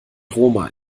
roma